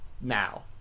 now